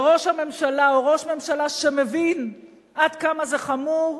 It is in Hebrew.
וראש הממשלה הוא ראש ממשלה שמבין עד כמה זה חמור.